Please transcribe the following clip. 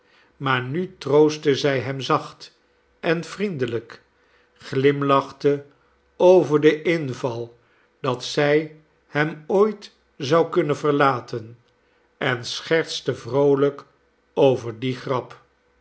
maar nu troostte zij hem zacht en vriendelijk glimlachte over den inval dat zij hem ooit zou kunnen verlaten en schertste vroolijk over die grap